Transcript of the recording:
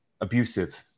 abusive